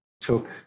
took